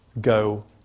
go